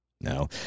no